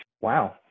Wow